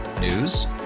News